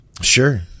Sure